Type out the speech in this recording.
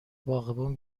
باغبون